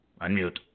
unmute